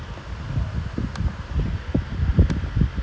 if you're famous then got a lot of like these kind of thing